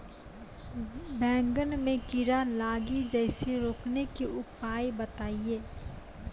बैंगन मे कीड़ा लागि जैसे रोकने के उपाय बताइए?